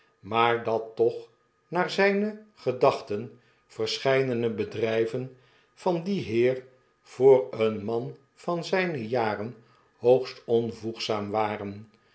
maar dat toch naar zyne gedachten verscheidene bedryven van dien heer voor een man van zyne jaren hoogst onvoegzaam waren